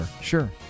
Sure